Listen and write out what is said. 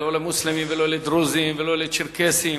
לא למוסלמים ולא לדרוזים ולא לצ'רקסים